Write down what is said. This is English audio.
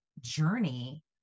journey